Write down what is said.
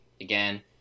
again